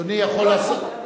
אדוני יכול לעשות.